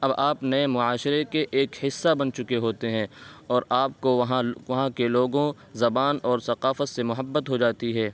اب آپ نئے معاشرے کے ایک حصہ بن چکے ہوتے ہیں اور آپ کو وہاں وہاں کے لوگوں زبان اور ثقافت سے محبت ہو جاتی ہے